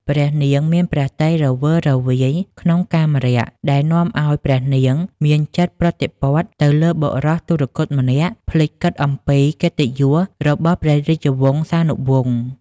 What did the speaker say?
ព្រះនាងមានព្រះទ័យរវើរវាយក្នុងកាមរាគ ដែលនាំឲ្យព្រះនាងមានចិត្តប្រតិព័ទ្ធទៅលើបុរសទុគ៌តម្នាក់ ភ្លេចគិតអំពីកិត្តិយសរបស់ព្រះរាជវង្សានុវង្ស ។